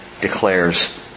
declares